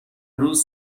روز